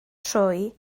trwy